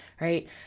right